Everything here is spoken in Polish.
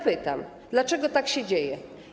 Pytam: Dlaczego tak się dzieje?